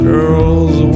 Girls